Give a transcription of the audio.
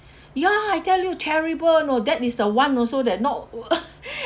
ya I tell you terrible you know that is the one also that not uh